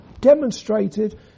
demonstrated